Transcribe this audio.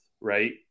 Right